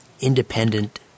independent